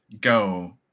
go